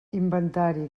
inventari